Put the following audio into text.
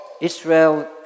Israel